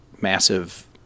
massive